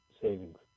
savings